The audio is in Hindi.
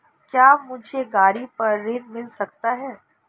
क्या मुझे गाड़ी पर ऋण मिल सकता है?